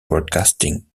broadcasting